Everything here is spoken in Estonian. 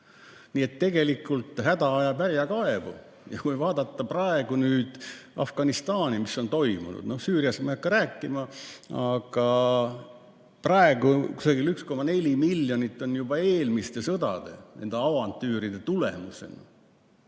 Nii et tegelikult häda ajab härja kaevu. Ja kui vaadata praegu Afganistani, mis on toimunud! Süüriast ma ei hakka rääkima, aga praegu kusagil 1,4 miljonit on juba eelmiste sõdade, nende avantüüride tulemusena